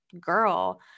girl